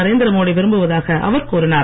நரேந்திர மோடி விரும்புவதாக அவர் கூறினார்